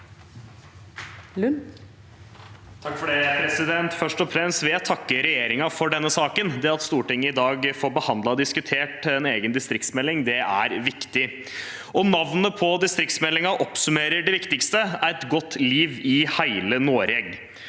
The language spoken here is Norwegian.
Lund (R) Først og fremst vil jeg takke regjeringen for denne saken. Det at Stortinget i dag får behandlet og diskutert en egen distriktsmelding, er viktig. Navnet på distriktsmeldingen oppsummerer det viktigste: «Eit godt liv i heile Noreg».